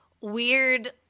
weird –